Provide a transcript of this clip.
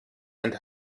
and